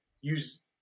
use